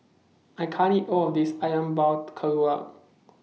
I can't eat All of This Ayam Buah Keluak